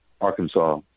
Arkansas